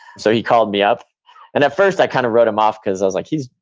so he called me up and at first i kind of wrote him off because i was like, he's,